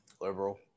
liberal